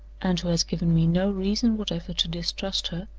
and who has given me no reason whatever to distrust her,